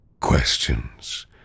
questions